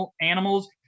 animals